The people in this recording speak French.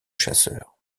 chasseur